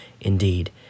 Indeed